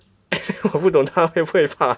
我不懂他会不会发